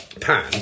pan